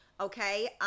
Okay